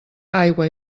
aigua